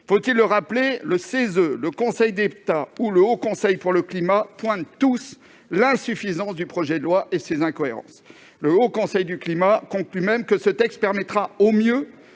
et environnemental (CESE), le Conseil d'État et le Haut Conseil pour le climat pointent tous l'insuffisance du projet de loi et ses incohérences ? Le Haut Conseil pour le climat conclut même que le texte permettra au mieux